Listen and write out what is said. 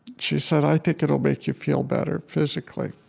she said, i think it'll make you feel better physically.